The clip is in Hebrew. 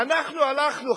ואנחנו הלכנו,